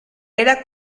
era